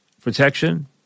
protection